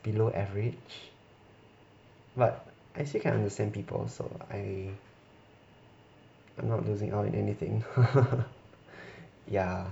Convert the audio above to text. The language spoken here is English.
below average but I still can understand people also I I'm not losing out in anything ya